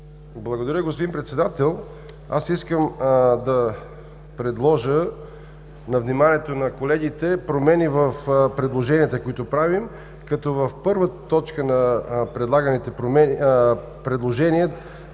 Благодаря Ви, господин Председател. Искам да предложа на вниманието на колегите промени в предложенията, които правим. В първа точка на предлаганите предложения,